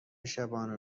شبانه